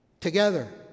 together